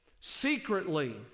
Secretly